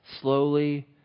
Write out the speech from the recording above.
slowly